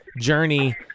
journey